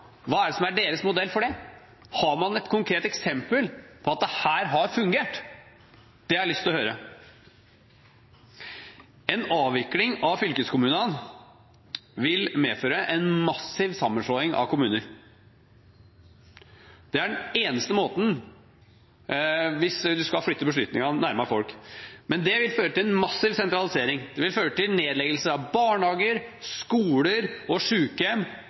Hva er deres modell for det? Har man et konkret eksempel på at dette har fungert? Det har jeg lyst til å høre. En avvikling av fylkeskommunene vil medføre en massiv sammenslåing av kommuner. Det er den eneste måten hvis man skal flytte beslutningene nærmere folk. Men det vil føre til en massiv sentralisering, det vil føre til nedleggelser av barnehager, skoler og